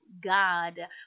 God